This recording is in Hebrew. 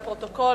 לפרוטוקול,